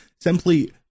simply